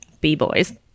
B-Boys